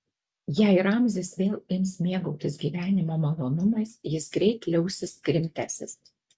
jei ramzis vėl ims mėgautis gyvenimo malonumais jis greit liausis krimtęsis